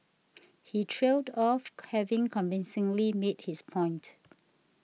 he trailed off having convincingly made his point